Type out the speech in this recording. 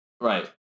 right